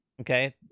Okay